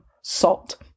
salt